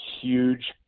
huge